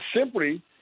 simply